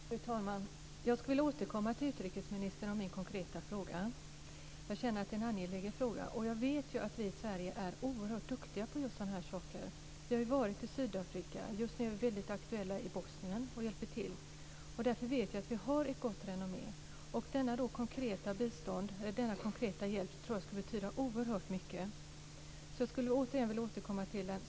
Fru talman! Jag skulle vilja återkomma till utrikesministern med min konkreta fråga. Jag känner att det är en angelägen fråga. Jag vet ju att vi i Sverige är oerhört duktiga på just sådana här saker. Vi har ju varit i Sydafrika, och just nu är vi väldigt aktuella i Bosnien där vi hjälper till. Därför vet jag att vi har ett gott renommé. Denna konkreta hjälp tror jag skulle betyda oerhört mycket.